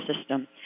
system